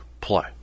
play